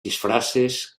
disfraces